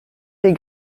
les